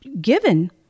given